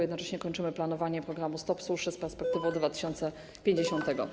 Jednocześnie kończymy planowanie programu „Stop suszy” z perspektywą 2050 r.